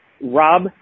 Rob